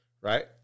right